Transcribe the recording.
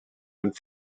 and